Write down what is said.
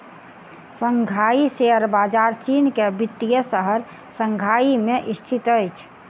Shanghai share बजार चीन के वित्तीय शहर शंघाई में स्थित अछि